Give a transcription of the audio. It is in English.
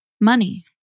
Money